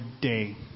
day